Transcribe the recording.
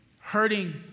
hurting